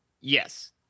Yes